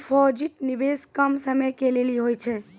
Deposit निवेश कम समय के लेली होय छै?